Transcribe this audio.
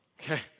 Okay